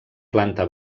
planta